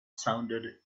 sounded